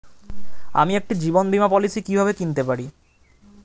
আমি একটি জীবন বীমা পলিসি কিভাবে কিনতে পারি?